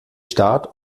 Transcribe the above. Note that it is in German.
start